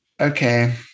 okay